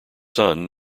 son